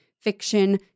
Fiction